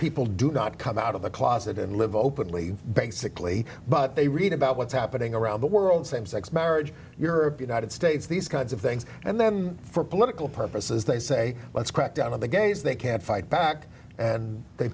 people do not come out of the closet and live openly basically but they read about what's happening around the world same sex marriage europe united states these kinds of things and then for political purposes they say let's crack down on the gays they can't fight back and they